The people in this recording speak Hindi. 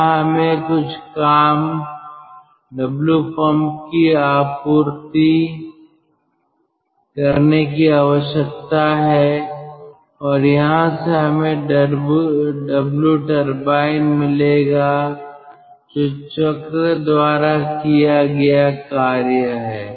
यहां हमें कुछ काम Wpump की आपूर्ति करने की आवश्यकता है और यहां से हमें Wturbine मिलेगा जो चक्र द्वारा किया गया कार्य है